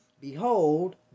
Behold